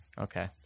okay